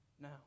Now